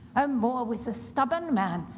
and more was a stubborn man,